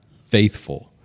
faithful